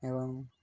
ଏବଂ